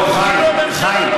אני אומר לך, הוא